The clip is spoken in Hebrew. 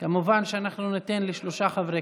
כמובן, אנחנו ניתן לשלושה חברי